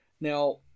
Now